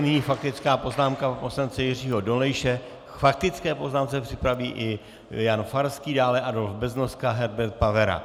Nyní faktická poznámka pana poslance Jiřího Dolejše, k faktické poznámce se připraví i Jan Farský, dále Adolf Beznoska, Herbert Pavera.